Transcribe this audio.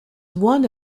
one